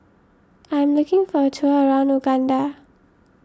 I'm looking for a tour around Uganda